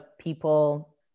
people